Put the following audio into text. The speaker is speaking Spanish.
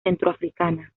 centroafricana